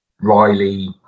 Riley